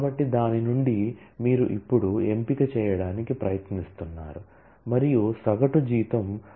కాబట్టి దాని నుండి మీరు ఇప్పుడు సెలక్షన్ చేయడానికి ప్రయత్నిస్తున్నారు మరియు సగటు జీతం రాయవలసిన పరిస్థితి ఏమిటి